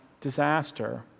disaster